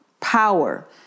Power